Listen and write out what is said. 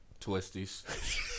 Twisties